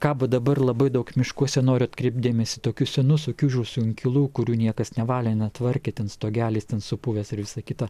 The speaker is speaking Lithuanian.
kabo dabar labai daug miškuose noriu atkreipt dėmesį į tokių senų sukiužusių inkilų kurių niekas nevalė netvarkė ten stogelis ten supuvęs ir visa kita